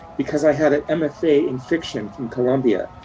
because i had an mfa in fiction from columbia,